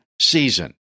season